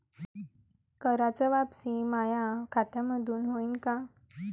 कराच वापसी माया खात्यामंधून होईन का?